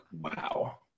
wow